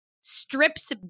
strips